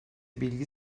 bilgi